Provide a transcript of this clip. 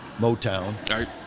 Motown